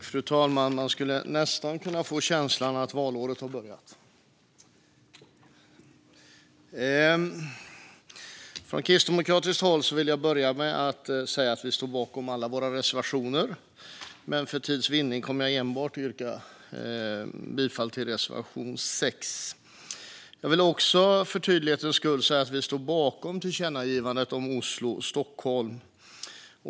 Fru talman! Man får nästan känslan av att valåret har börjat. Från kristdemokratiskt håll vill jag börja med att säga att vi står bakom alla våra reservationer men att jag för tids vinning yrkar bifall enbart till reservation 6. Jag vill också för tydlighetens skull säga att vi står bakom förslaget om tillkännagivandet när det gäller Oslo-Stockholm.